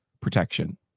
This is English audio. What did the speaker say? protection